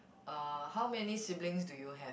uh how many siblings do you have